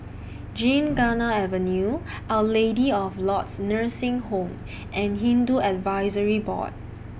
Gymkhana Avenue Our Lady of Lourdes Nursing Home and Hindu Advisory Board